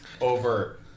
over